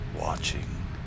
Watching